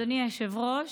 אדוני היושב-ראש,